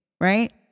right